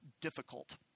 difficult